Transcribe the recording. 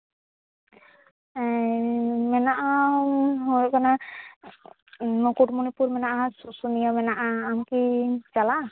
ᱦᱮᱸ ᱢᱮᱱᱟᱜᱼᱟ ᱦᱩᱭ ᱠᱟᱱᱟ ᱢᱩᱠᱩᱴᱢᱩᱱᱤᱯᱩᱨ ᱢᱮᱱᱟᱜᱼᱟ ᱥᱩᱥᱩᱱᱤᱭᱟᱹ ᱢᱮᱱᱟᱜᱼᱟ ᱟᱢᱠᱤᱢ ᱪᱟᱞᱟᱜᱼᱟ